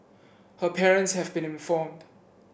her parents have been informed